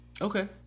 Okay